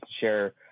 share